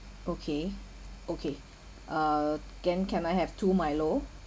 okay okay uh can can I have two milo